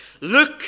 Look